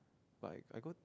but I I got